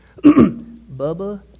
Bubba